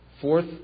Fourth